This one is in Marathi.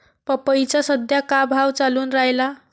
पपईचा सद्या का भाव चालून रायला?